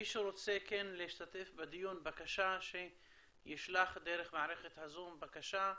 מי שרוצה להשתתף בדיון בבקשה שישלח דרך מערכת הזום בקשה,